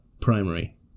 primary